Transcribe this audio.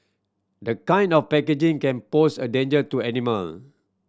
the kind of packaging can pose a danger to animal